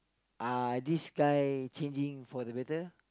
uh this guy changing for the better